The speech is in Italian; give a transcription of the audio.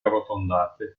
arrotondate